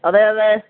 അതെ അതേ